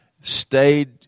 stayed